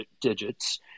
digits